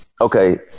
Okay